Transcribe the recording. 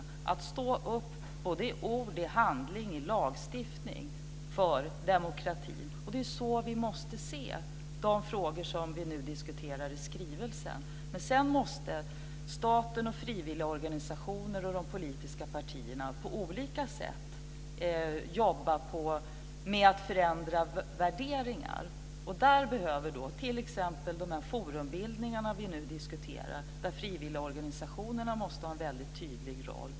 Det handlar om att stå upp i ord, i handling och i lagstiftning för demokratin. Det är så vi måste se de frågor som vi nu diskuterar i skrivelsen. Sedan måste staten, frivilliga organisationer och de politiska partierna på olika sätt jobba med att förändra värderingar. Där behövs t.ex. de forumbildningar vi nu diskuterar, där frivilligorganisationerna måste ha en väldigt tydlig roll.